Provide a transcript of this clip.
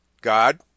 God